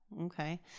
Okay